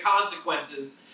consequences